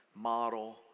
model